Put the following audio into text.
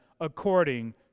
according